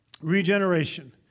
regeneration